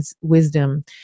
wisdom